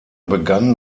begann